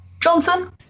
Johnson